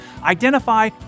Identify